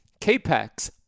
CAPEX